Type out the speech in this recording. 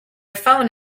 phone